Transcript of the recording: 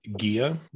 Gia